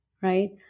right